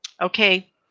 okay